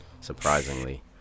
surprisingly